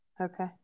Okay